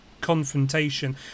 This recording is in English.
confrontation